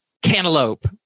Cantaloupe